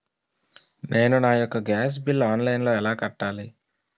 నేను నా యెక్క గ్యాస్ బిల్లు ఆన్లైన్లో ఎలా కట్టాలి?